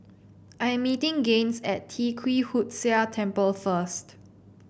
I'm meeting Gaines at Tee Kwee Hood Sia Temple first